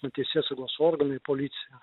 nu teisėsaugos organai policija